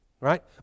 right